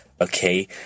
okay